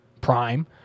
Prime